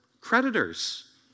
Creditors